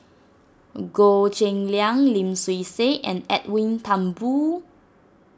Goh Cheng Liang Lim Swee Say and Edwin Thumboo